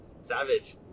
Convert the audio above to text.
savage